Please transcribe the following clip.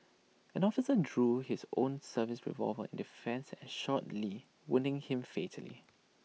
an officer drew his own service revolver in defence and shot lee wounding him fatally